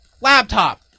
laptop